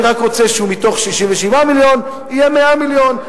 אני רק רוצה שבמקום 67 מיליון יהיו 100 מיליון,